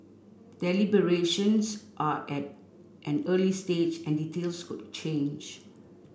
deliberations are at an early stage and details could change